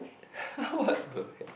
what the heck